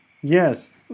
Yes